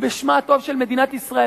בשמה הטוב של מדינת ישראל.